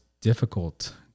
difficult